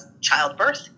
childbirth